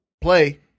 play